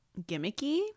gimmicky